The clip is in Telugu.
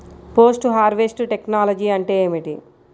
పోస్ట్ హార్వెస్ట్ టెక్నాలజీ అంటే ఏమిటి?